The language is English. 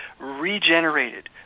regenerated